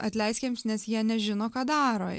atleisk jiems nes jie nežino ką daro